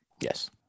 yes